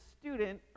student